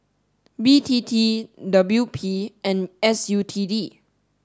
B T T W P and S U T D